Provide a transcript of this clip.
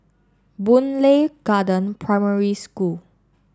Boon Lay Garden Primary School